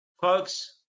Folks